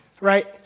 Right